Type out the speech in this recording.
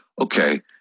Okay